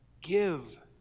Give